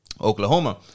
oklahoma